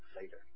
later